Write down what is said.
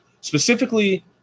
specifically